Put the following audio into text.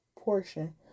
portion